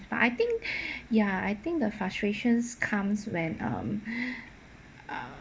but I think ya I think the frustrations comes when um uh